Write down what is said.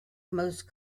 most